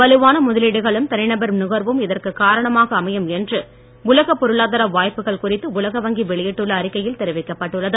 வலுவான முதலீடுகளும் தனிநபர் நுகர்வும் இதற்கு காரணமாக அமையும் என்று உலகப் பொருளாதார வாய்ப்புகள் குறித்து உலக வங்கி வெளியிட்டுள்ள அறிக்கையில் தெரிவிக்கப்பட்டுள்ளது